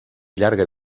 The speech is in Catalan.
llarga